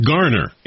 Garner